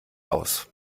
aus